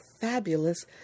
fabulous